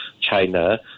China